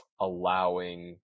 allowing